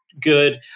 good